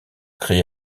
créés